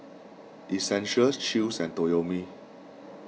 Essential Chew's and Toyomi